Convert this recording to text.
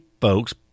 folks